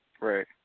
Right